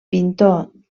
pintor